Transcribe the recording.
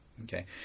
Okay